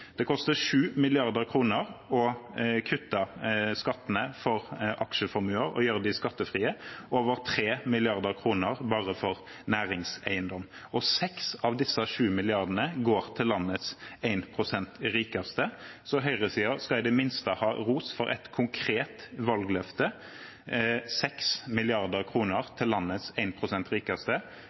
Det koster 7 mrd. kr å kutte skattene for aksjeformuer og gjøre dem skattefrie, over 3 mrd. kr bare for næringseiendom. 6 av disse 7 mrd. kr går til landets 1 pst. rikeste. Så høyresiden skal i det minste ha ros for et konkret valgløfte – 6 mrd. kr til landets 1 pst. rikeste.